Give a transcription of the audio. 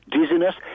dizziness